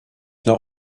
not